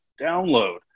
download